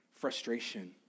frustration